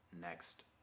next